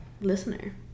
listener